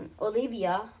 Olivia